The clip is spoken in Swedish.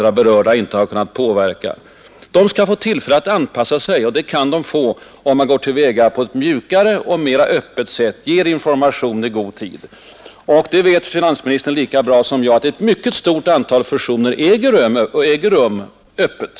De anställda har rätt att kräva att få tillfälle att ”anpassa sig” och det kan de få, om man går till väga på mera öppet sätt och ger information i god tid. Finansministern vet lika bra som jag att ett stort antal samarbetsavtal kommer till stånd öppet.